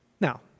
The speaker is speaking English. Now